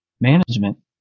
management